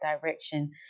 direction